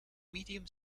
medium